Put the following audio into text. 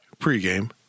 pregame